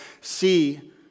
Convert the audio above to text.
see